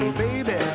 baby